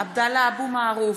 (קוראת בשמות חברי הכנסת) עבדאללה אבו מערוף,